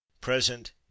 present